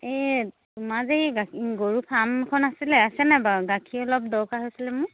এই তোমাৰ যে এই গৰু ফাৰ্মখন আছিলে আছে নাই বাৰু গাখীৰ অলপ দৰকাৰ হৈছিলে মোক